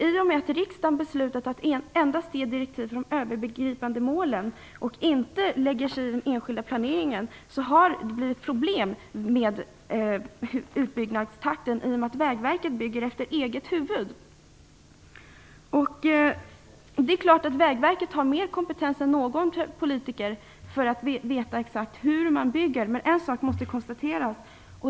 I och med att riksdagen beslutat att endast ge direktiv för de övergripande målen och inte lägger sig i den enskilda planeringen har det blivit problem med utbyggnadstakten eftersom Vägverket bygger efter eget huvud. Det är klart att Vägverket har bättre kompetens än någon politiker att veta exakt hur det skall byggas, men en sak måste konstateras.